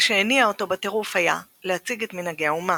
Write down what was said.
מה שהניע אותו בטירוף היה להציג את "מנהגי אומה".